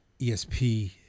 ESP